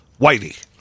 whitey